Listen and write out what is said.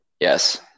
Yes